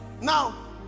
Now